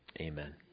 Amen